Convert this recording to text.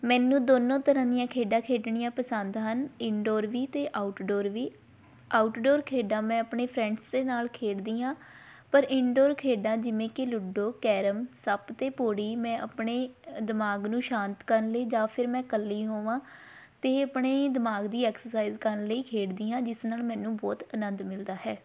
ਮੈਨੂੰ ਦੋਨੋਂ ਤਰ੍ਹਾਂ ਦੀਆਂ ਖੇਡਾਂ ਖੇਡਣੀਆਂ ਪਸੰਦ ਹਨ ਇਨਡੋਰ ਵੀ ਅਤੇ ਆਊਟਡੋਰ ਵੀ ਆਊਟਡੋਰ ਖੇਡਾਂ ਮੈਂ ਆਪਣੇ ਫਰੈਂਡਸ ਦੇ ਨਾਲ ਖੇਡਦੀ ਹਾਂ ਪਰ ਇੰਡੋਰ ਖੇਡਾਂ ਜਿਵੇਂ ਕਿ ਲੁੱਡੋ ਕੈਰਮ ਸੱਪ ਅਤੇ ਪੌੜੀ ਮੈਂ ਆਪਣੇ ਦਿਮਾਗ ਨੂੰ ਸ਼ਾਂਤ ਕਰਨ ਲਈ ਜਾਂ ਫਿਰ ਮੈਂ ਇਕੱਲੀ ਹੋਵਾਂ ਅਤੇ ਆਪਣੇ ਦਿਮਾਗ ਦੀ ਐਕਸਰਸਾਈਜ਼ ਕਰਨ ਲਈ ਖੇਡਦੀ ਹਾਂ ਜਿਸ ਨਾਲ ਮੈਨੂੰ ਬਹੁਤ ਆਨੰਦ ਮਿਲਦਾ ਹੈ